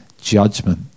judgment